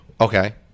Okay